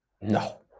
No